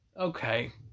Okay